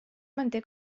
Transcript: manté